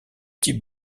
type